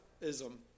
ism